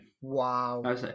Wow